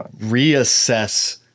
reassess